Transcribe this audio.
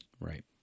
Right